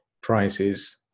prices